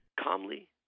calmly